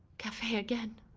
cafe again.